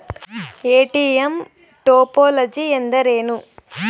ATM topology ಎಂದರೇನು?